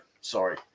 Sorry